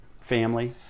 family